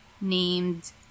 named